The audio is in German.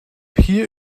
hier